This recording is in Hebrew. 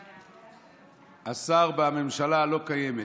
השר בממשלה הלא-קיימת,